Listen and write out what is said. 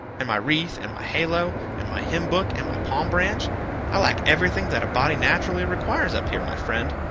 and my wreath, and my halo, and my hymn-book, and my palm branch i lack everything that a body naturally requires up here, my friend.